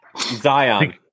Zion